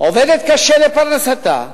עובדת קשה לפרנסתה,